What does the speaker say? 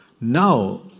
Now